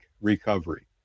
recovery